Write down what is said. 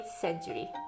century